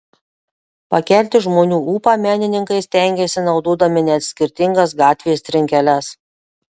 pakelti žmonių ūpą menininkai stengiasi naudodami net skirtingas gatvės trinkeles